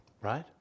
right